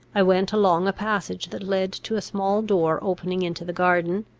i went along a passage that led to a small door opening into the garden,